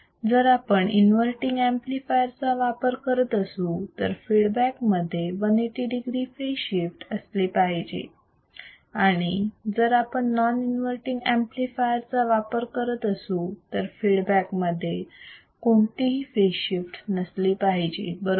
जर आपण inverting amplifier चा वापर करत असू तर फीडबॅक मध्ये 180 degree फेजशिफ्ट असली पाहिजे आणि जर आपण नॉन इन्वर्तींग ऍम्प्लिफायर चा वापर करत असू तर फीडबॅक मध्ये कोणतीही फेजशिफ्ट नसली पाहिजे बरोबर